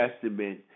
Testament